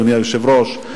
אדוני היושב-ראש,